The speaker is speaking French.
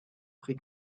pré